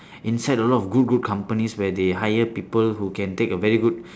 inside a lot of good good companies where they hire people who can take a very good